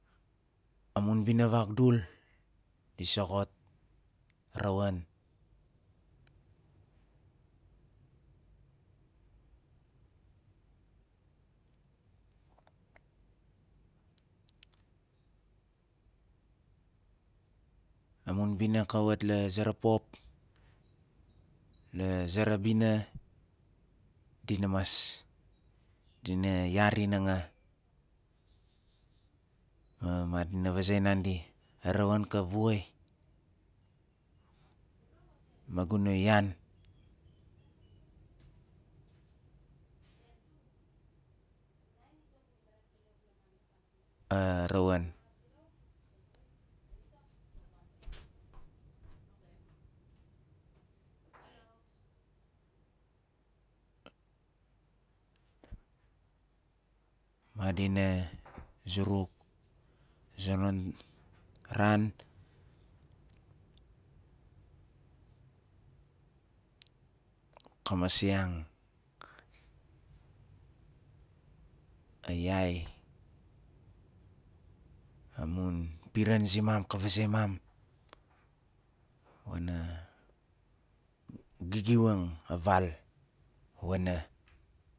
Amun bina vagdul di soxot rawaan amun bina ka wat la zera pop la zera bina dina mas, dina yari nanga ma madina vazei nandi "a rawaan ka vuai" ma gu na yaan a rawaan madina zuruk a zonon ran ka masiang a yai amun piran zimam ka vazei mam wana gigiwang a val wana